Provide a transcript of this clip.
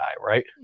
right